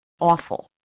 awful